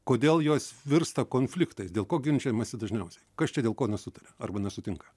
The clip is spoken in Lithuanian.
kodėl jos virsta konfliktais dėl ko ginčijamasi dažniausiai kas čia dėl ko nesutaria arba nesutinka